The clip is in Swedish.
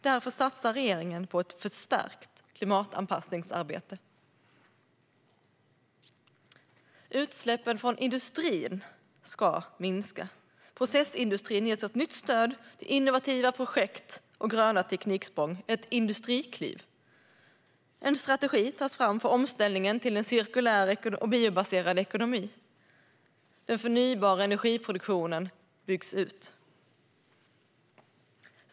Därför satsar regeringen på ett förstärkt klimatanpassningsarbete. Utsläppen från industrin ska minska. Processindustrin ges ett nytt stöd till innovativa projekt och gröna tekniksprång, ett industrikliv. En strategi tas fram för omställningen till en cirkulär och biobaserad ekonomi. Den förnybara energiproduktionen byggs ut.